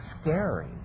scary